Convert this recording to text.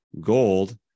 gold